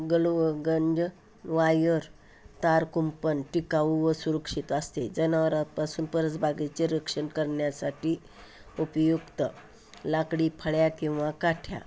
गल्व गंज वायर तारकुंपण टिकाऊ व सुरक्षित असते जनावरांपासून परसबागेचे रक्षण करण्यासाठी उपयुक्त लाकडी फळ्या किंवा काठ्या